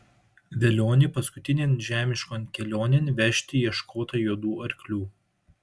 velionį paskutinėn žemiškon kelionėn vežti ieškota juodų arklių